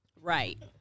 Right